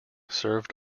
served